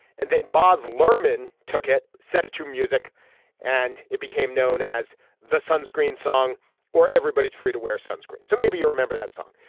and then bosley berman took it. set it to music and it became known as the sunscreen song or everybody is free to wear sunscreen. so maybe you remember that song.